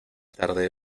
tarde